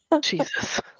Jesus